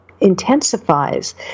intensifies